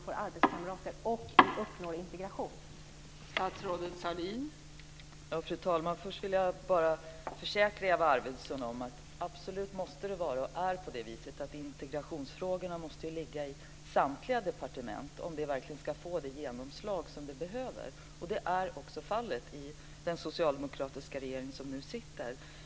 Fru talman! Först vill jag bara försäkra Eva Arvidsson om att integrationsfrågorna absolut måste finnas, och finns, i samtliga departement om de verkligen ska få det genomslag som de behöver. Det är också fallet i den socialdemokratiska regering som nu sitter.